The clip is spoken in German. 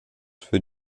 für